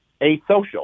asocial